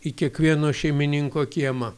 į kiekvieno šeimininko kiemą